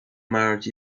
march